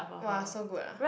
!wah! so good arh